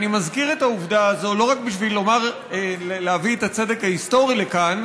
אני מזכיר את העובדה הזאת לא רק בשביל להביא את הצדק ההיסטורי לכאן,